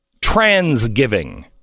transgiving